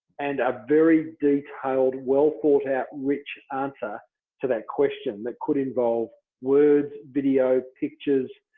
and a very detailed well-thought-out rich answer to that question that could involve words, video, pictures,